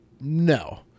No